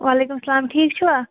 وعلیکم السلام ٹھیٖک چھُوا